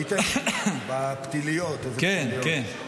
היית בפתיליות, אילו פתיליות.